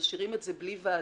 ומשאירים את זה בלי ועדה,